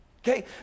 Okay